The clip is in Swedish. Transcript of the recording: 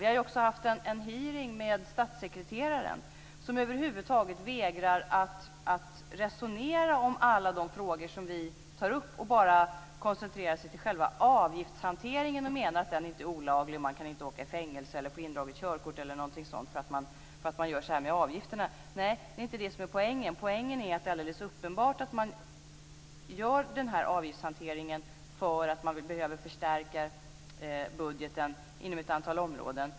Vi har ju också haft en hearing med statssekreteraren, som över huvud taget vägrade att resonera om alla de frågor som vi tog upp. I stället koncentrerade han sig bara på själva avgiftshanteringen och menade att den inte är olaglig, att man inte kan åka i fängelse eller få indraget körkort osv. för att man gör så här med avgifterna. Nej, det är inte det som är poängen. Poängen är att man alldeles uppenbart gör den här avgiftshanteringen därför att man behöver förstärka budgeten inom ett antal områden.